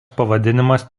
pavadinimas